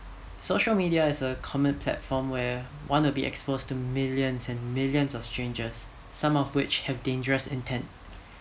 social media is a common platform where one will be exposed to millions of millions of strangers some of which has dangerous intend